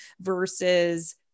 versus